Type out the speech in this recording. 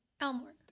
Elmore